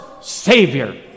Savior